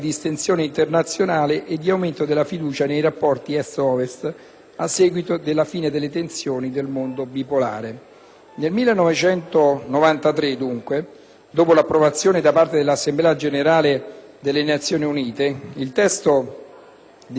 Nel 1993, dunque, dopo l'approvazione da parte dell'Assemblea generale delle Nazioni Unite, il testo definitivo della Convenzione per la messa al bando delle armi chimiche è disponibile alla firma degli Stati. La Francia,